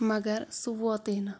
مگر سُہ ووتٕے نہٕ